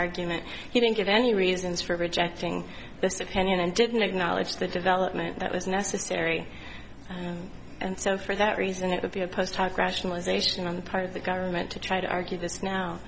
argument he didn't give any reasons for rejecting this opinion and didn't acknowledge the development that was necessary and so for that reason it would be a post hoc rationalization on the part of the government to try to argue this now